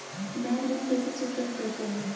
Bank ऋण कैसे स्वीकृत करते हैं?